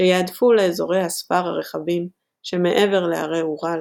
שייהדפו לאזורי הספר הרחבים שמעבר להרי אוראל,